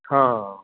ਹਾਂ